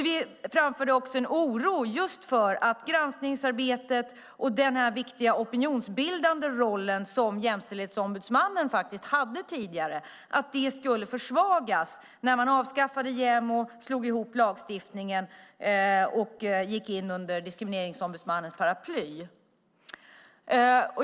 Vi framförde också en oro för att just granskningsarbetet och den viktiga opinionsbildande roll som Jämställdhetsombudsmannen hade tidigare skulle försvagas när JämO avskaffades och lagstiftningen slogs ihop så att det gick in under Diskrimineringsombudsmannens paraply.